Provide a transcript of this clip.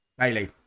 Bailey